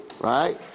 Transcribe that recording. right